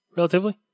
relatively